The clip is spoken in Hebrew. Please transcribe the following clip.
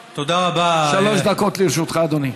שלוש דקות לרשותך, אדוני.